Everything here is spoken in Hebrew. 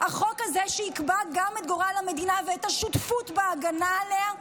החוק הזה שיקבע גם את גורל המדינה ואת השותפות בהגנה עליה,